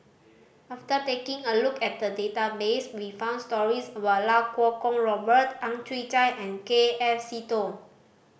after taking a look at the database we found stories about Iau Kuo Kwong Robert Ang Chwee Chai and K F Seetoh